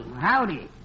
Howdy